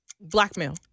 Blackmail